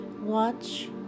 Watch